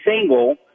single